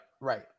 Right